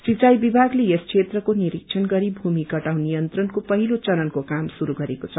सिंचाई विमागले यस क्षेत्रको निरिक्षण गरी भूमि कटाव नियन्त्रणको पहिलो चरणको काम श्रुरू गरेको छ